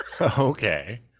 Okay